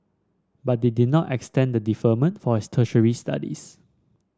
but they did not extend the deferment for his tertiary studies